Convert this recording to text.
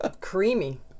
Creamy